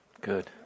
Good